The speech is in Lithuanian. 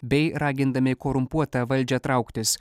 bei ragindami korumpuotą valdžią trauktis